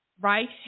right